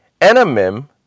Enamim